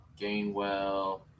Gainwell